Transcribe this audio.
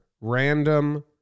random